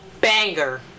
banger